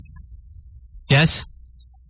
Yes